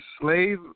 slave